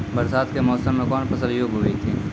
बरसात के मौसम मे कौन फसल योग्य हुई थी?